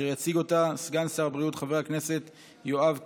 אשר יציג סגן שר הבריאות חבר הכנסת יואב קיש.